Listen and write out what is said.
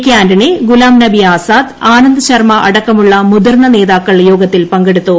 K Antony Ghulam Nabi Azad Anand Sharma അടക്ക്മുള്ള് മുതിർന്ന നേതാക്കൾ യോഗത്തിൽ പങ്കെടുത്തു